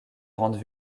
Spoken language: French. rendent